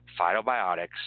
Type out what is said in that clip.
Phytobiotics